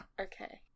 Okay